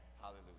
Hallelujah